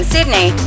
Sydney